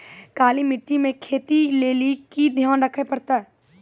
काली मिट्टी मे खेती लेली की ध्यान रखे परतै?